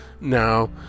Now